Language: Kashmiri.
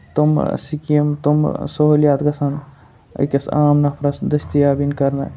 تِم سِکیٖمہٕ تِم سہوٗلیات گژھن أکِس عام نَفرس دٔٮستِیاب یِنۍ کرنہٕ